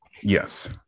Yes